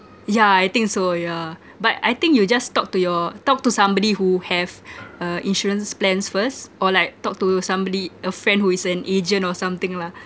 yeah I think so yeah but I think you just talk to your talk to somebody who have uh insurance plans first or like talk to somebody a friend who is an agent or something lah